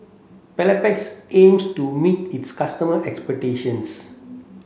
Papulex aims to meet its customer expectations